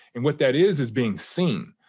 and what that is is being seen,